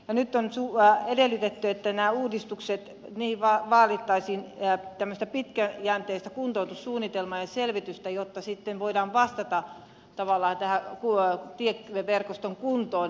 nyt on edellytetty että näihin uudistuksiin vaadittaisiin tämmöistä pitkäjänteistä kuntoutussuunnitelmaa ja selvitystä jotta sitten voidaan vastata tähän tieverkoston kuntoon